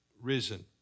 risen